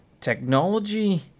technology